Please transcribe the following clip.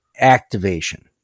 activation